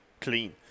clean